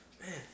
man